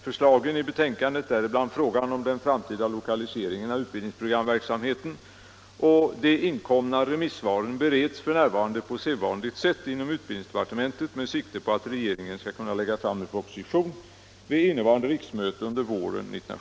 Förslagen i betänkandet, däribland frågan om den framtida lokaliseringen av utbildningsprogramverksamheten, och de inkomna